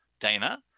Dana